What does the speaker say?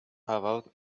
about